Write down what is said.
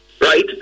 right